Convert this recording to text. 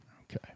Okay